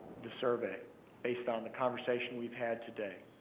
the survey based on the conversation we've had today.